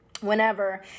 whenever